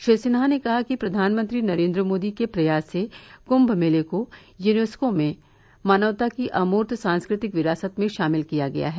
श्री सिन्हा ने कहा कि प्रधानमंत्री नरेन्द्र मोदी के प्रयास से क्ष मेले को यूनेस्को ने मानवता की अमूर्त सांस्कृतिक विरासत में शामिल किया है